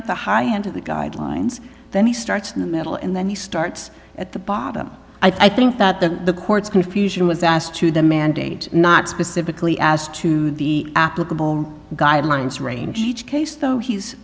at the high end of the guidelines then he starts in the middle and then he starts at the bottom i think that the court's confusion was asked to the mandate not specifically as to the applicable guidelines range each case though he's